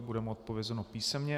Bude mu odpovězeno písemně.